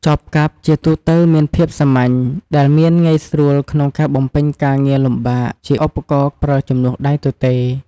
ចបកាប់ជាទូទៅមានភាពសាមញ្ញ ដែលមានងាយស្រួលក្នុងការបំពេញការងារលំបាក ជាឧបករណ៍ប្រើជំនួសដៃទទេរ។